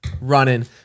running